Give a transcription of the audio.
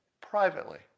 privately